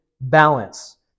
balance